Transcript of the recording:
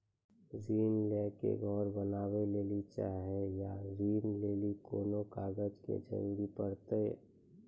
ऋण ले के घर बनावे लेली चाहे या ऋण लेली कोन कागज के जरूरी परतै?